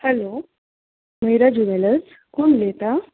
hello Mayuraj jewellers कोण उलयता